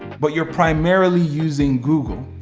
but your primarily using google,